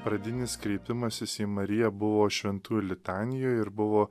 pradinis kreipimasis į mariją buvo šventųjų litanijoj ir buvo